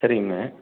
தெரியுங்க